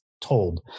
told